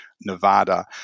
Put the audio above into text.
Nevada